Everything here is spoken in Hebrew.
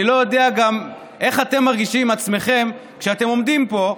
אני גם לא יודע איך אתם מרגישים עם עצמכם כשאתם עומדים פה,